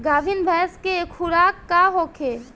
गाभिन भैंस के खुराक का होखे?